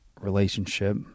relationship